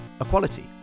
equality